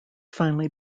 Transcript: finally